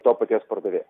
to paties pardavėjo